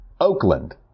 Oakland